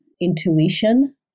intuition